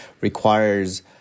requires